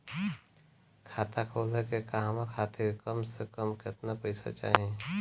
खाता खोले के कहवा खातिर कम से कम केतना पइसा चाहीं?